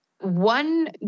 One